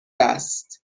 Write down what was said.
است